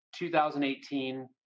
2018